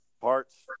Parts